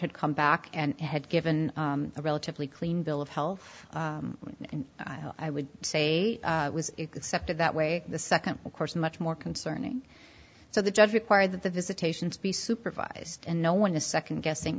had come back and had given a relatively clean bill of health and i would say except in that way the second of course much more concerning so the judge required that the visitations be supervised and no one is second guessing